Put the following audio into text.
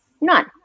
None